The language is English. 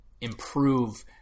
improve